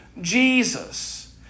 Jesus